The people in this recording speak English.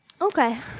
Okay